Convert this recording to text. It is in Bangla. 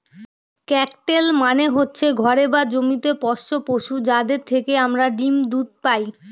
ক্যাটেল মানে হচ্ছে ঘরে বা জমিতে পোষ্য পশু, যাদের থেকে আমরা ডিম দুধ পায়